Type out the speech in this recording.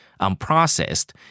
unprocessed